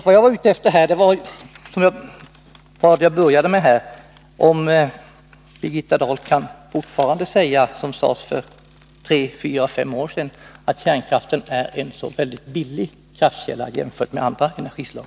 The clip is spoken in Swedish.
Vad jag är ute efter är — och det började jag med att tala om — att få veta om Birgitta Dahl fortfarande kan hävda, som sades för tre, fyra, fem år sedan, att kärnkraften är en så billig kraftkälla jämfört med andra energislag.